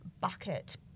bucket